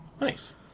Nice